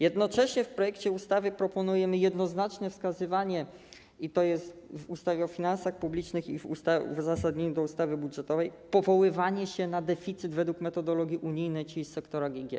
Jednocześnie w projekcie ustawy proponujemy jednoznaczne wskazywanie - to jest w ustawie o finansach publicznych i w uzasadnieniu ustawy budżetowej - powoływanie się na deficyt według metodologii unijnej, czyli sektora GG.